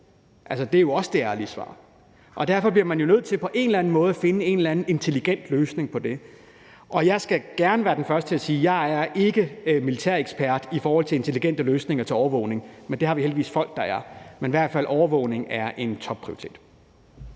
det er jo også det ærlige svar – og derfor bliver man nødt til på en eller anden måde at finde en eller anden intelligent løsning på det. Og jeg skal gerne være den første til at sige, at jeg ikke er militærekspert i forhold til intelligente løsninger til overvågning, men det har vi heldigvis folk, der er. I hvert fald er overvågning en topprioritet.